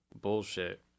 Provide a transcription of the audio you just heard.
bullshit